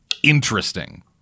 Interesting